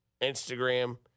Instagram